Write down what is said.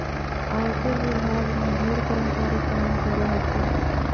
आयकर विभाग में ढेर कर्मचारी काम करो हखिन